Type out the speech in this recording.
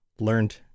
learned